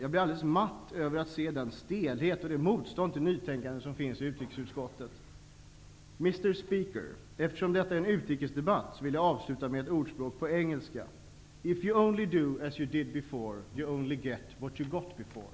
Jag blir alldeles matt över att se den stelhet och det motstånd mot nytänkande som finns i utrikesutskottet. Mr speaker! Eftersom detta är en utrikesdebatt, vill jag avsluta med ett ordspråk på engelska: If you only do as you did before, you'll only get what you got before.